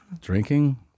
Drinking